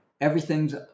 everything's